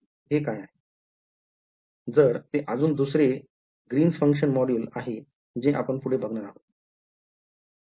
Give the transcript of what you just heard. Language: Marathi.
तर ते अजून दुसरे ग्रीनस Green स Function module आहे जे आपण पुढे बघणार आहोत